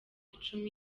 icumi